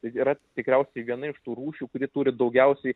tai yra tikriausiai viena iš tų rūšių kuri turi daugiausiai